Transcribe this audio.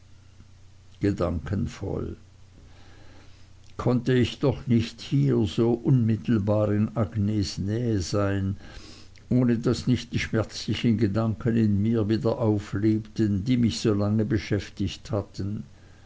gedankenvoll konnte ich doch nicht hier so unmittelbar in agnes nähe sein ohne daß nicht die schmerzlichen gedanken in mir wieder auflebten die mich so lange beschäftigt hatten